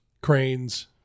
cranes